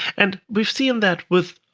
and we've seen that with